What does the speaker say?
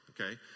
okay